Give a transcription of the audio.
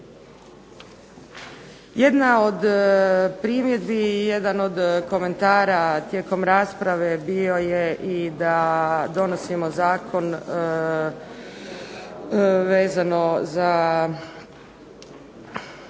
Jedna od primjedbi i jedan od komentara tijekom rasprave bio je i da donosimo Zakon o